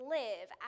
live